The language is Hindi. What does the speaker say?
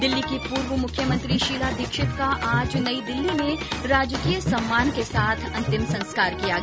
दिल्ली की पूर्व मुख्यमंत्री शीला दीक्षित का आज नई दिल्ली में राजकीय सम्मान के साथ अंतिम संस्कार किया गया